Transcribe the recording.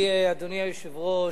אדוני היושב-ראש,